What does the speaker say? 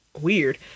weird